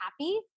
happy